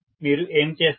మీరు ఏమి చేస్తారు